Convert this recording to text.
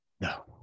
no